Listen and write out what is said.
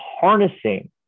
harnessing